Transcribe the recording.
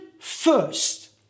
first